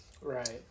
Right